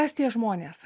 kas tie žmonės